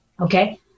okay